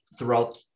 throughout